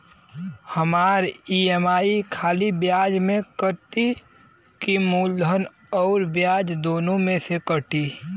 हमार ई.एम.आई खाली ब्याज में कती की मूलधन अउर ब्याज दोनों में से कटी?